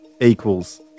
equals